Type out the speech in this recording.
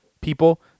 people